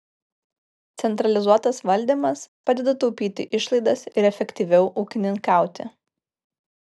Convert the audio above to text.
centralizuotas valdymas padeda taupyti išlaidas ir efektyviau ūkininkauti